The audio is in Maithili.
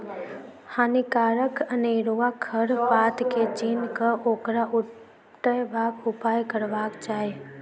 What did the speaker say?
हानिकारक अनेरुआ खर पात के चीन्ह क ओकरा उपटयबाक उपाय करबाक चाही